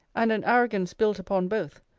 and an arrogance built upon both,